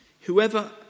Whoever